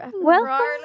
welcome